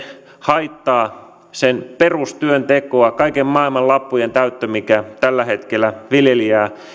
haittaa sen perustyön tekoa kaiken maailman lappujen täyttö mikä tällä hetkellä koskee viljelijää